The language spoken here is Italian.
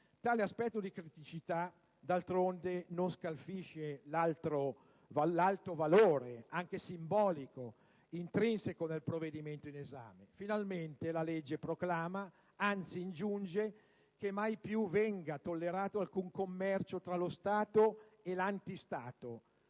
Tale aspetto di criticità, d'altronde, non scalfisce l'alto valore, anche simbolico, intrinseco nel provvedimento in esame. Finalmente la legge proclama, anzi ingiunge, che mai più venga tollerato alcun commercio tra lo Stato e l'anti-Stato,